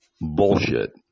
bullshit